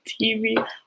TV